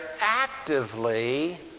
actively